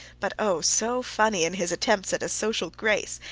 but oh, so funny in his attempts at social grace!